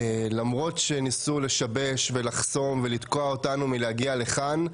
למרות שניסו לשבש ולחסום ולתקוע אותנו מלהגיע לכאן,